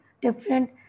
different